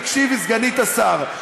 תקשיבי, סגנית השר.